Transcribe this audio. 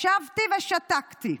ישבתי ושתקתי,